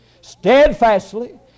steadfastly